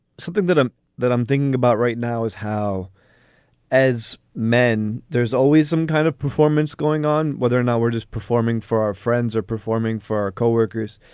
something that that i'm thinking about right now is how as men, there's always some kind of performance going on, whether or not we're just performing for our friends or performing for our co-workers.